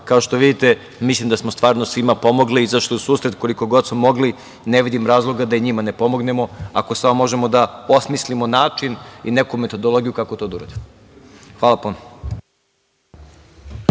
što vidite, mislim da smo stvarno svima pomogli i izašli u susret koliko god smo mogli, ne vidim razlog da i njima ne pomognemo, samo ako možemo da osmislimo način i neku metodologiju kako to da uradimo. Hvala puno.